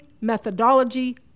methodology